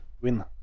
win